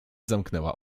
zamknęła